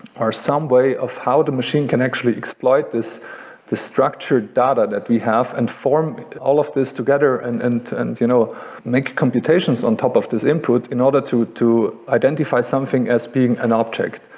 or some way of how the machine can actually exploit this structured structured data that we have and form all of this together and and and you know make computations on top of this input, in order to to identify something as being an object,